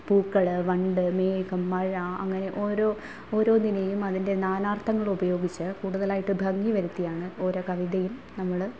പൂക്കൾ വണ്ട് മേഘം മഴ അങ്ങനെ ഓരോ ഓരോന്നിനേയും അതിൻ്റെ നാനാർത്ഥങ്ങൾ ഉപയോഗിച്ച് കൂട്തലായിട്ട് ഭംഗി വരുത്തിയാണ് ഓരോ കവിതയും നമ്മൾ